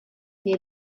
nie